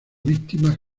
víctimas